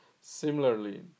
Similarly